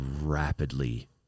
rapidly